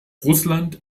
russland